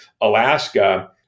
Alaska